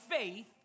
faith